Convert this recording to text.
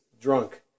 drunk